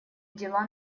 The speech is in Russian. дела